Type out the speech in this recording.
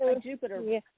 Jupiter